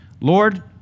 Lord